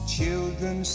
Children